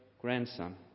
grandson